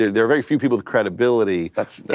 there are very few people with credibility.